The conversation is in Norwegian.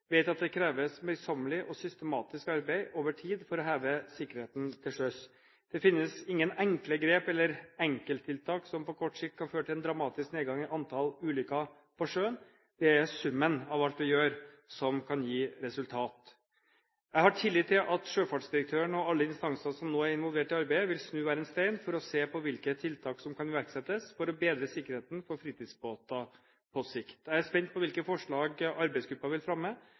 vet at det kreves møysommelig og systematisk arbeid over tid for å heve sikkerheten til sjøs. Det finnes ingen enkle grep eller enkelttiltak som på kort sikt kan føre til en dramatisk nedgang i antall ulykker på sjøen. Det er summen av alt vi gjør, som kan gi resultater. Jeg har tillit til at sjøfartsdirektøren og alle instanser som nå er involvert i arbeidet, vil snu hver en stein for å se på hvilke tiltak som kan iverksettes for å bedre sikkerheten for fritidsbåter på sikt. Jeg er spent på hvilke forslag arbeidsgruppen vil fremme,